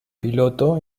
piloto